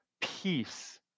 peace